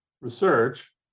research